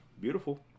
Beautiful